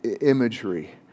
imagery